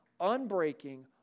unbreaking